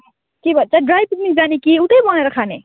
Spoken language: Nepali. के भन्छ ड्राई पिकनिक जाने कि उतै बनाएर खाने